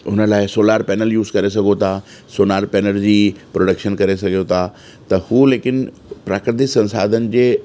हुन लाइ solar panel use करे सघो था सोनार पेनल जी प्रोडक्शन करे सघो था त हू लेकिन प्राकृतिक संसाधन जे